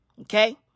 Okay